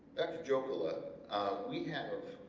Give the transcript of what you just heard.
dr. jokela we have